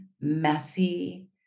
messy